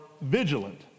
vigilant